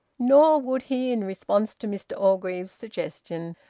nor would he, in response to mr orgreave's suggestion,